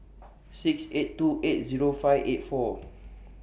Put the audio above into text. six eight two eight Zero five eight four